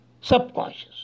subconscious